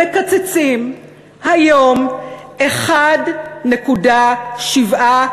הם מקצצים היום 1.7